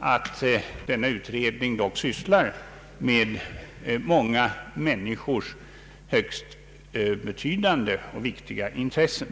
att denna utredning dock sysslar med många människors högst betydande och viktiga intressen.